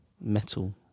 Metal